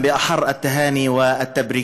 (אומר דברים בשפה הערבית,